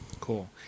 Cool